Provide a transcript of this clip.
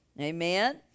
Amen